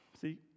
See